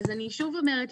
אז אני שוב אומרת,